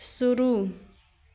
शुरू